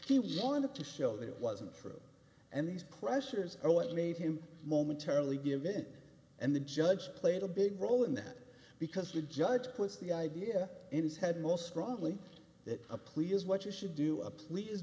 he wanted to show that it wasn't true and these pressures are what made him momentarily give it and the judge played a big role in that because the judge puts the idea in his head most strongly that a plea is what you should do a plea